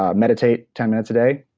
ah meditate ten minutes a day,